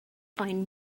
find